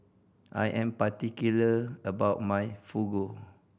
I am particular about my Fugu